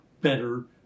better